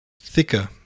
Thicker